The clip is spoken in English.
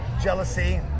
jealousy